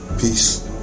Peace